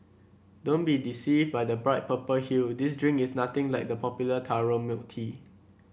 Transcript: don't be deceived by the bright purple hue this drink is nothing like the popular taro milk tea